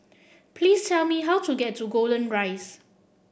please tell me how to get to Golden Rise